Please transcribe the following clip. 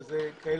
בכפרים